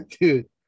Dude